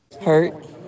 Hurt